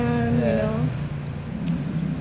yes